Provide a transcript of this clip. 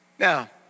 Now